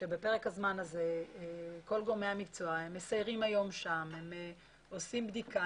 שבפרק הזמן הזה כל גורמי המקצוע מסיירים שם היום ועושים בדיקה.